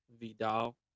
Vidal